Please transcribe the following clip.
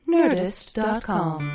Nerdist.com